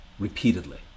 repeatedly